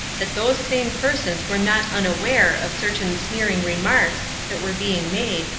that those same persons were not unaware of certain sneering remarks that were being made,